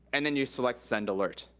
and then you select send alert.